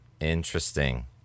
Interesting